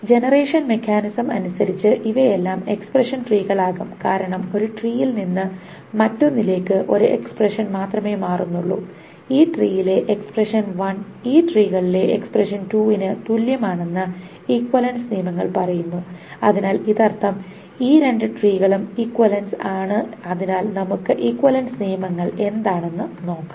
generation mechanism അനുസരിച്ച് ഇവയെല്ലാം expression ട്രീകൾ ആകും കാരണം ഒരു ട്രീയിൽ നിന്ന് മറ്റൊന്നിലേക്ക് ഒരു എക്സ്പ്രഷൻ മാത്രമേ മാറുന്നുള്ളു ഈ ട്രീയിലെ എക്സ്പ്രഷൻ വൺ ഈ ട്രീകളിലെ എക്സ്പ്രഷൻ ടൂവിന് തുല്യമാണെന്ന് ഇക്വിവാലെൻസ് നിയമങ്ങൾ പറയുന്നു അതിനാൽ ഇതിനർത്ഥം ഈ രണ്ട് ട്രീകളും ഈക്വിവാലെന്റ ആണ് അതിനാൽ നമുക്ക് ഇക്വിവാലെൻസ് നിയമങ്ങൾ എന്താണെന്ന് നോക്കാം